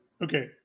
okay